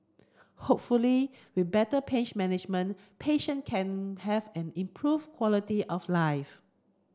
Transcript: hopefully with better pain management patient can have an improved quality of life